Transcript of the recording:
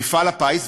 מפעל הפיס,